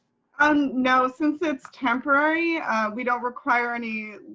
um, no. since it's temporary we don't require any